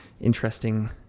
interesting